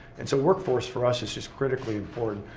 and so workforce, for us, is just critically important.